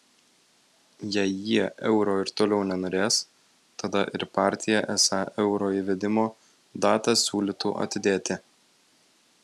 jei jie euro ir toliau nenorės tada ir partija esą euro įvedimo datą siūlytų atidėti